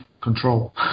control